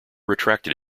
retracted